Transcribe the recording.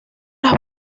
las